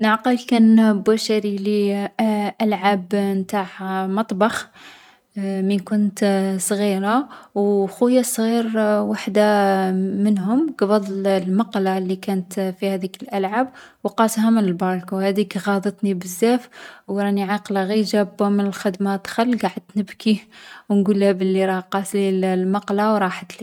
نعقل كان با شاريلي أ ألعاب نتاع مطبخ، من كنت صغيرة؛ و خويا الصغير وحدة منهم قبض المقلة لي كانت في هاذيك الألعاب و قاسها من البالكو. هاذيك غاضتني بزاف و راني عاقلة، ي جا با من الخدمة دخل قعدت نبكي و نقوله بلي راه قاسلي الـ المقلة و راحتلي.